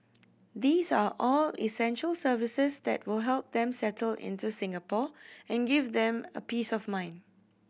these are all essential services that will help them settle into Singapore and give them a peace of mind